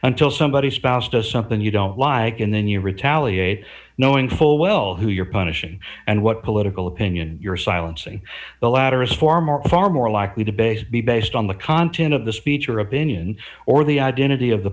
until somebody spouse does something you don't like and then you retaliate knowing full well who you're punishing and what political opinion you're silencing the latter is far more far more likely to base be based on the content of the speech or opinion or the identity of the